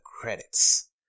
credits